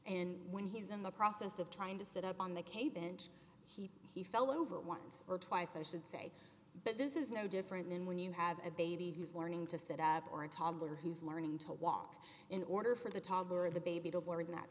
and when he's in the process of trying to sit up on the cape and he fell over once or twice i should say but this is no different than when you have a baby who's learning to sit up or a toddler who is learning to walk in order for the toddler or the baby to learn that